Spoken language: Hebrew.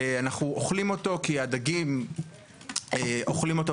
אנו אוכלים אותו כי הדגים אוכלים אותו,